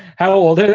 how old are